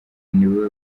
niwe